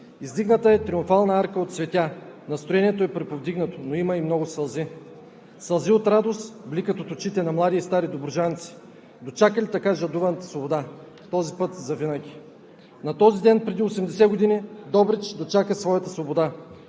издигната е триумфална арка от цветя, настроението е приповдигнато, но има и много сълзи – сълзи от радост бликат от очите на млади и стари добруджанци, дочакали така жадуваната свобода, този път завинаги. На този ден преди 80 години Добрич дочака своята свобода